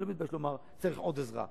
אני לא מתבייש לומר: צריך עוד עזרה,